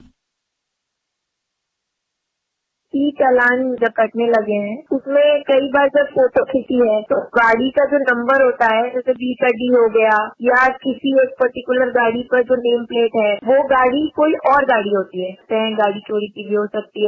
bite ई चालान जब कटने लगे उसमें कई बार जब फोटो खींचती है तो गाड़ी का जो नम्बर होता है जैसे बी का डी हो गया या किसी एक पट्टीकुलर गाड़ी पर जो नेम प्लेट है वह गाड़ी कोई और गाड़ी होती है कहीं गाड़ी चोरी की भी हो सकती है